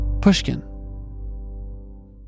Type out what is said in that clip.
Pushkin